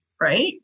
right